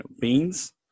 Beans